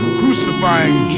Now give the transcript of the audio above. crucifying